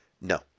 no